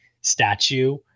statue